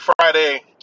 Friday